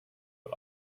but